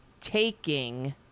taking